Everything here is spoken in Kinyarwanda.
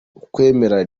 ukwemera